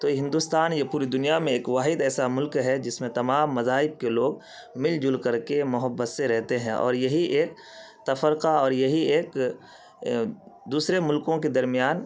تو ہندوستان یہ پوری دنیا میں ایک واحد ایسا ملک ہے جس میں تمام مذاہب کے لوگ مل جل کر کے محبت سے رہتے ہیں اور یہی ایک تفرقہ اور یہی ایک دوسرے ملکوں کے درمیان